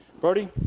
Brody